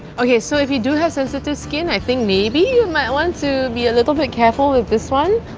okay so if you do have sensitive skin i think maybe you might want to be a little bit careful with this one.